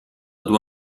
due